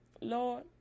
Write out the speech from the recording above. Lord